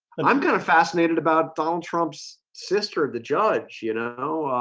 and i'm kind of fascinated about donald trump's sister the judge, you know